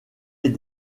est